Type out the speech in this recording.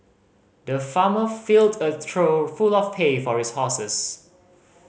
the farmer filled a trough full of hay for his horses